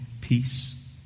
peace